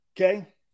Okay